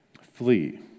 Flee